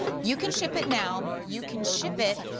you can ship it now. you can ship it.